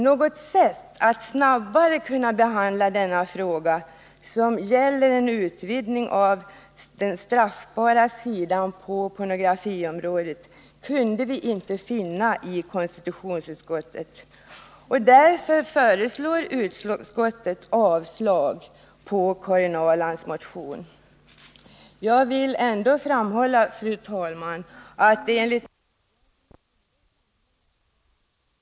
Något sätt att snabbare behandla denna fråga, som gäller en utvidgning av den straffbara sidan av pornografiområdet, kunde vi inte finna i konstitutionsutskottet. Därför avstyrker utskottet Karin Ahrlands motion. Jag vill ändå, fru talman, framhålla att den debatt som Karin Ahrland väckt enligt min mening är bra — jag tror den har drivit på denna fråga ytterligare. Det är också bra att Gunnel Jonäng tar upp frågan i nordiska sammanhang.